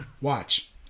Watch